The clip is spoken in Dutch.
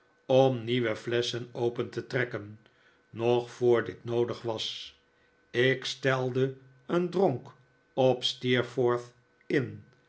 om nieuwe flesschen open te trekken nog voor dit noodig was ik stelde een dronk op steerforth in